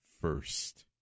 first